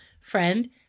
friend